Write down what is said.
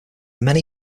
many